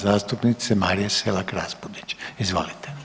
zastupnice Marije Selak Raspudić, izvolite.